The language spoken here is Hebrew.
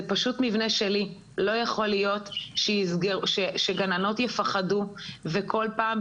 זה פשוט מבנה שלי שגננות יפחדו וכל פעם,